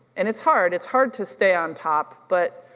and it's hard, it's hard to stay on top but,